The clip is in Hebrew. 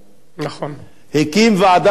הקים ועדה בראשות מרקוביץ,